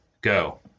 go